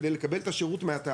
על מנת לקבל את השירות מהתאגיד.